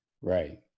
Right